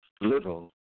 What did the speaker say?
little